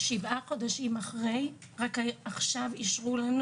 שבעה חודשים אחרי, רק עכשיו אישרו לנו